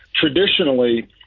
Traditionally